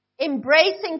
embracing